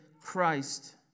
Christ